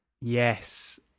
Yes